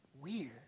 weird